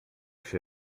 się